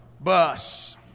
bus